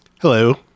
Hello